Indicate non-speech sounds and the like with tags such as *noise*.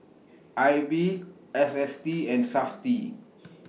I B S S T and Safti *noise*